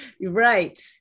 right